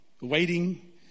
waiting